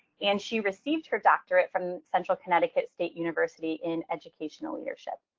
and she received her doctorate from central connecticut state university in educational leadership.